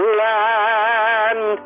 land